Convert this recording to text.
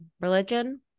religion